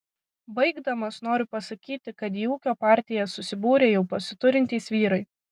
baigdamas noriu pasakyti kad į ūkio partiją susibūrė jau pasiturintys vyrai